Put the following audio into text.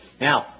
Now